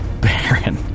Baron